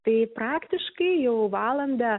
tai praktiškai jau valandą